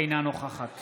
אינה נוכחת